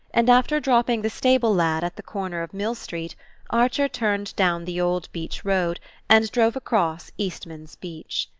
and after dropping the stable-lad at the corner of mill street archer turned down the old beach road and drove across eastman's beach.